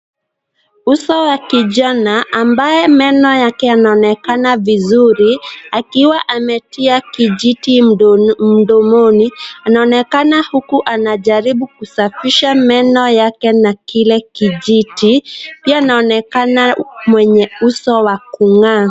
Uso wa kijana ambaye meno yake yanaonekana vizuri, akiwa ametia kijiti mdomoni. Anaonekana huku anajaribu kusafisha meno yake na kile kijiti. Pia anaonekana mwenye uso wa kung'aa.